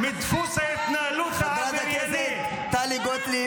----- חברת הכנסת טלי גוטליב.